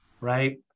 right